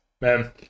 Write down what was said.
Man